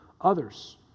others